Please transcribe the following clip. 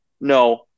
no